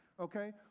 okay